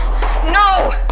No